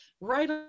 right